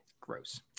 gross